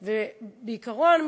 בעיקרון,